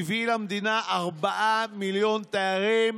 שהביא למדינה ארבעה מיליון תיירים